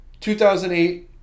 2008